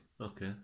Okay